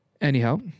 Anyhow